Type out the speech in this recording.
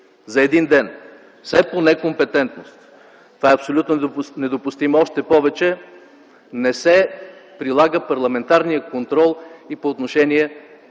за един ден – все по некомпетентност. Това е абсолютно недопустимо, още повече не се прилага парламентарният контрол и по отношение